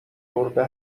گربه